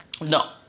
No